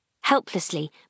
Helplessly